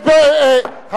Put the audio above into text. תסתום את הפה.